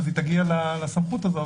היא תגיע לסמכות הזו,